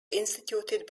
instituted